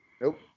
Nope